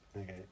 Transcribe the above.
Okay